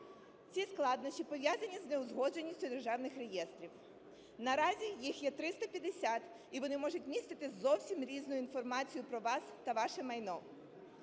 Ці складнощі, пов'язані з неузгодженістю державних реєстрів. Наразі їх є 350, і вони можуть містити зовсім різну інформацію про вас та ваше майно.